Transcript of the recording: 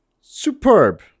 Superb